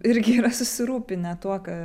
irgi yra susirūpinę tuo ką